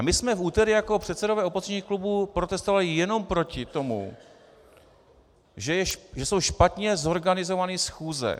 My jsme v úterý jako předsedové opozičních klubů protestovali jenom proti tomu, že jsou špatně zorganizovány schůze.